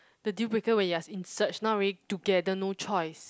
the deal breaker when you are in search now already together no choice